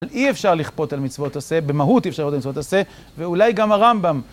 אי אפשר לכפות על מצוות עשה, במהות אי אפשר לכפות על מצוות עשה, ואולי גם הרמב'ם.